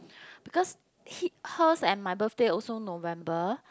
because he hers and my birthday also November